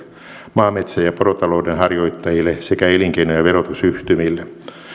maa metsä ja porotalouden harjoittajille sekä elinkeino ja verotusyhtymille